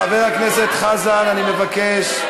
חבר הכנסת חזן, אני מבקש.